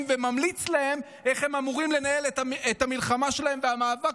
וממליץ להם איך הם אמורים לנהל את המלחמה שלהם והמאבק